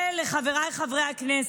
לחבריי חברי הכנסת,